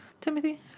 Timothy